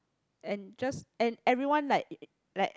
and just and everyone like like